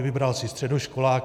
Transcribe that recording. Vybral si středoškoláky.